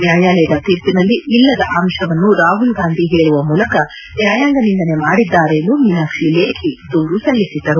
ನ್ಯಾಯಾಲಯದ ತೀರ್ಪಿನಲ್ಲಿ ಇಲ್ಲದ ಅಂಶವನ್ನು ರಾಹುಲ್ ಗಾಂಧಿ ಹೇಳುವ ಮೂಲಕ ನ್ಯಾಯಾಂಗ ನಿಂದನೆ ಮಾಡಿದ್ದಾರೆ ಎಂದು ಮೀನಾಕ್ಷಿ ಲೇಖಿ ದೂರು ಸಲ್ಲಿಸಿದ್ದರು